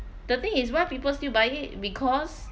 the thing is why people still buying it because